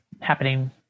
happening